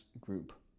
group